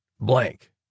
blank